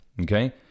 okay